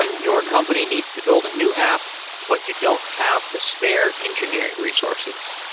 your company needs to build a new app, but you don't have the spare engineering resources.